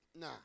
Nah